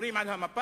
וויתורים על המפה,